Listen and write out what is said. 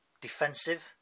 Defensive